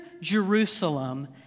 Jerusalem